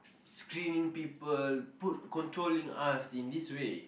screaming people put controlling us in this way